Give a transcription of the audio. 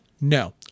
No